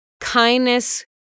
kindness